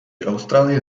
austrálie